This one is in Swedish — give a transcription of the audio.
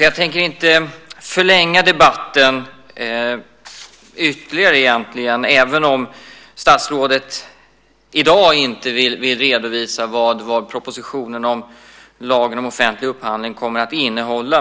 Jag tänker därför inte förlänga debatten ytterligare, även om statsrådet i dag inte vill redovisa vad propositionen om lagen om offentlig upphandling kommer att innehålla.